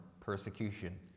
persecution